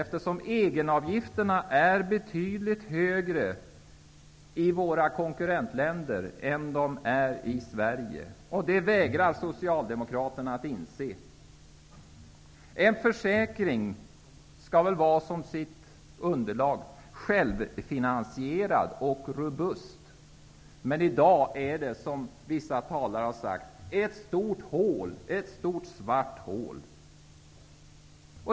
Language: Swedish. Egenavgifterna är betydligt högre i våra konkurrentländer än vad de är i Sverige. Det vägrar Socialdemokraterna att inse. En försäkring skall vara som sitt underlag, nämligen självfinansierad och robust. Men i dag är det, som vissa talare har sagt, ett stort svart hål.